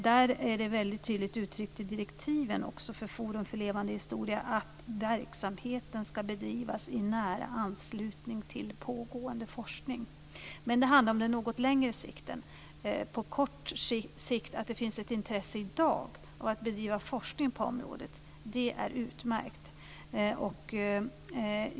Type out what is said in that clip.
Det är väldigt tydligt uttryckt i direktiven för Forum för levande historia att verksamheten ska bedrivas i nära anslutning till pågående forskning. Men detta är på något längre sikt. På kort sikt är det utmärkt att det i dag finns ett intresse av att bedriva forskning på området.